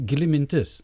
gili mintis